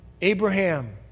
Abraham